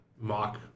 mock